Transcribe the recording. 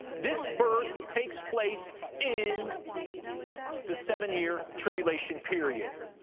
this birth takes place in the seven-year tribulation period,